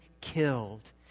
killed